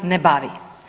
Ne bavi.